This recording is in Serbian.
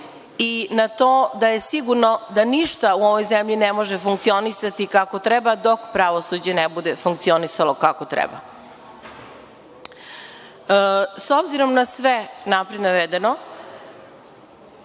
i na to da je sigurno da ništa u ovoj zemlji ne može funkcionisati kako treba dok pravosuđe ne bude funkcionisalo kako treba.S obzirom na sve napred navedeno,